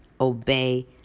obey